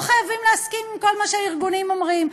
לא חייבים להסכים עם כל מה שהארגונים אומרים,